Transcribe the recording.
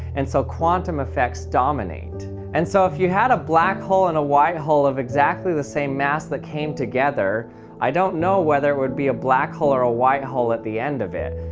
and so quantum effects dominate. and so if you had a black hole and a white hole of exactly the same mass that came together i don't know whether they would be a black hole or a white hole at the end of it.